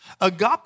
Agape